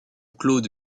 claude